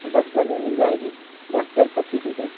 اور ڈسٹر بھی مل جائے گی ڈسٹر پچیس روپئے کی